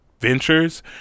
ventures